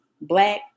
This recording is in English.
black